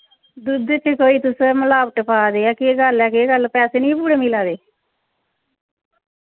दुध्द च कोई तुस मलावट पा दे ऐ केह् गल्ल ऐ केह् गल्ल पैसे नी पूरे मिला दे